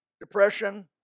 Depression